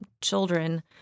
children